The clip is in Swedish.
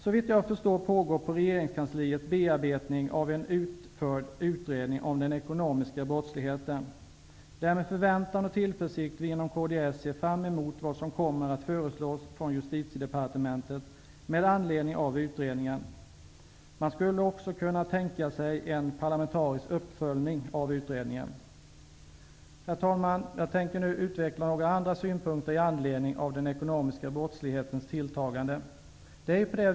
Såvitt jag förstår pågår på regeringskansliet bearbetning av en utförd utredning om den ekonomiska brottsligheten. Det är med förväntan och tillförsikt vi inom kds ser fram emot vad som kommer att föreslås från Justitiedepartementet med anledning av utredningen. Man skulle också kunna tänka sig en parlamentarisk uppföljning av utredningen. Herr talman! Jag tänker nu utveckla några andra synpunkter med anledning av den ekonomiska brottslighetens tilltagande.